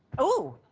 oh!